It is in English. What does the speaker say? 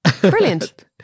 Brilliant